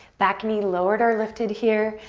back knee lowered or lifted here.